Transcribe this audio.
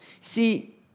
See